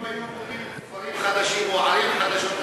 אם היו בונים כפרים חדשים או ערים חדשות,